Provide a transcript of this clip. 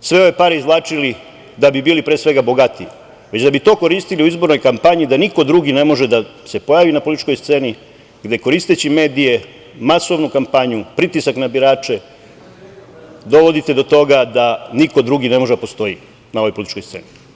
sve ove pare izvlačili da bi bili pre svega bogatiji, već da bi to koristili u izbornoj kampanji, da niko drugi ne može da se pojavi na političkoj sceni, gde koristeći medije, masovnu kampanju, pritisak na birače dovodite do toga da niko drugi ne može da postoji na ovoj političkoj sceni.